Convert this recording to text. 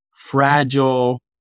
fragile